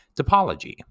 topology